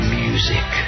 music